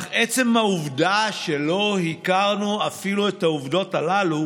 אך עצם העובדה שלא הכרנו אפילו את העובדות הללו